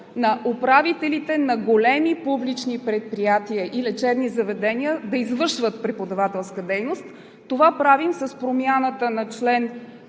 на управителите на големи публични предприятия и лечебни заведения да извършват преподавателска дейност. Това правим с промяната на чл.